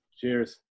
Cheers